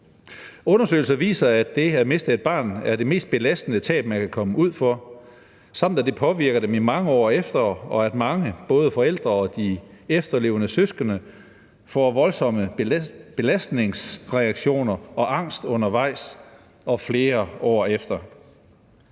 Undersøgelser viser, at det at miste et barn er det mest belastende tab, man kan komme ud for, samt at det påvirker dem i mange år efter, og at mange, både forældre og de efterlevende søskende, får voldsomme belastningsreaktioner og angst undervejs og flere år efter.